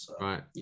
Right